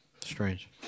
strange